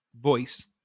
voice